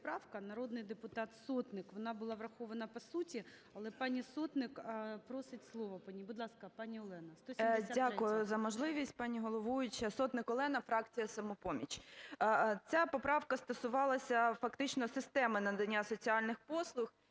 народний депутат Сотник. Вона була врахована по суті, але пані Сотник просить слово по ній. Будь ласка, пані Олена, 173-я. 12:55:57 СОТНИК О.С. Дякую за можливість, пані головуюча. Сотник Олена, фракція "Самопоміч". Ця поправка стосувалася фактично системи надання соціальних послуг,